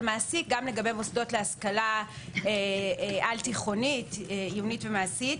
מעסיק גם לגבי מוסדות להשכלה על-תיכונית עיונית ומעשית.